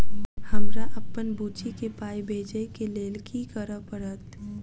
हमरा अप्पन बुची केँ पाई भेजइ केँ लेल की करऽ पड़त?